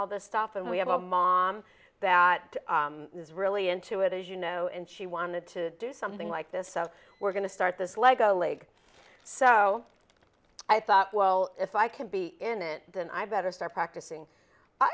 all this stuff and we have a mom that is really into it as you know and she wanted to do something like this so we're going to start this lego league so i thought well if i can be in it then i better start practicing